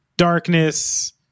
darkness